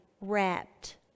wrapped